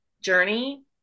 journey